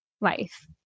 life